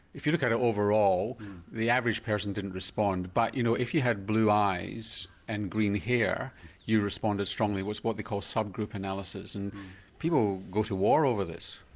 if you look at it overall the average person didn't respond but you know if you had blue eyes and green hair you responded strongly it's what they call sub group analysis and people go to war over this.